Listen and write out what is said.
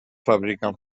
fabricaven